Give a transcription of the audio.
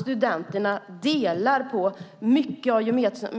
Studenterna delar på